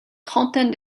trentaine